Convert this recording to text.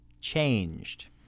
changed